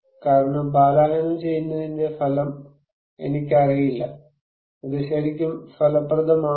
കാരണം പലായനം ചെയ്യുന്നതിന്റെ ഫലം എനിക്കറിയില്ല ഇത് ശരിക്കും ഫലപ്രദമാണോ